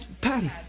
Patty